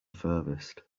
furthest